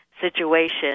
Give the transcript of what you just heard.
situation